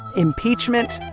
impeachment,